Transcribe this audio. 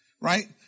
right